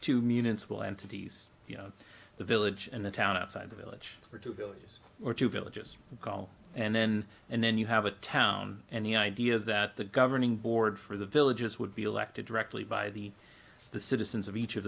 two municipal entities the village and the town outside the village or two villages or two villages you call and then and then you have a town and the idea that the governing board for the villages would be elected directly by the the citizens of each of